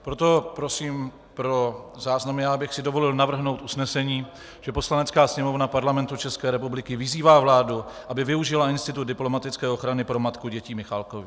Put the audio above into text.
Proto prosím pro záznamy, já bych si dovolil navrhnout usnesení, že Poslanecká sněmovna Parlamentu České republiky vyzývá vládu, aby využila institut diplomatické ochrany pro matku dětí Michalákových.